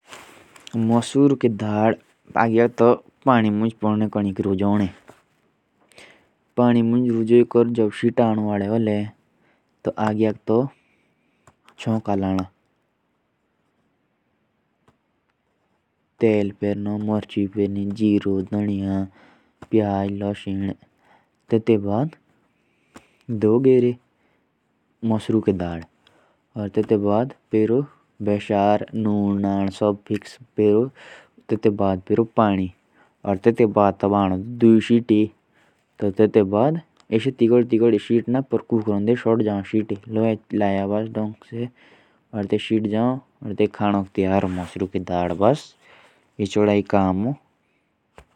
नसुर की दाल ह सबसे। पहिले तो पानी मुञ रोज़्हौनी पोड़नी टेटके बाद आगियक तो चोका लाना टेटके बाद नून मचोयी पेरनी। और टेटके बाद दो पारी मस्रु की दाल और टेटके बाद पेरो पानी और टेटकी बाद दो आनौ दूई सीटी और टेटके बाद खानोक तैयार होन।